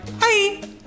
hi